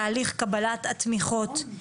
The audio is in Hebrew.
תהליך קבלת התמיכות.